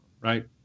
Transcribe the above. right